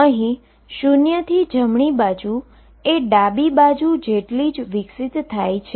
અહીં 0 થી જમણી બાજુ એ ડાબી બાજુ જેટલી જ વિકસિત થાય છે